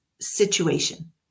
situation